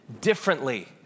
differently